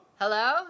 Hello